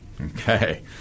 Okay